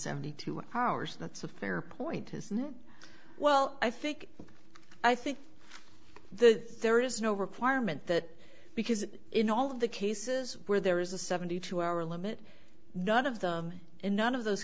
seventy two hours that's a fair point is now well i think i think the there is no requirement that because in all of the cases where there is a seventy two hour limit none of them in none of those